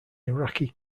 iraqi